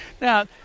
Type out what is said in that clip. Now